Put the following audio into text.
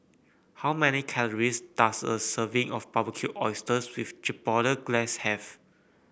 how many calories does a serving of Barbecued Oysters with Chipotle Glaze have